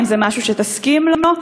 האם זה משהו שתסכים לו?